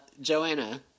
Joanna